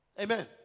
Amen